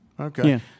Okay